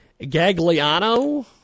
Gagliano